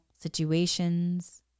situations